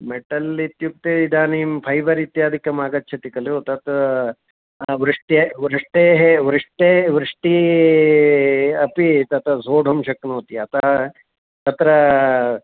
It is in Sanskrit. मेटल् इत्युक्ते इदानीं फ़ैबर् इत्यादिकम् आगच्छति खलु तत् वृष्ट्यै वृष्टेः वृष्टेः वृष्टी अपि तत् सोढुं शक्नोति अतः तत्र